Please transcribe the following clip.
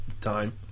time